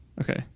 Okay